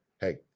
hey